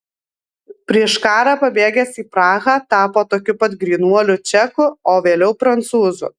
prieš karą pabėgęs į prahą tapo tokiu pat grynuoliu čeku o vėliau prancūzu